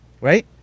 Right